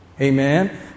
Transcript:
Amen